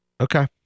Okay